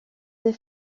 des